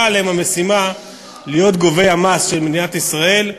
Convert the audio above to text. עליהם המשימה להיות גובי המס של מדינת ישראל.